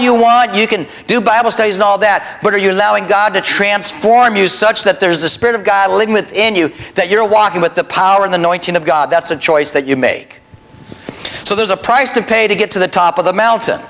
you want you can do bible studies and all that but are you allowing god to transform you such that there's a spirit of god living within you that you're walking with the power in the noise of god that's a choice that you make so there's a price to pay to get to the top of the mountain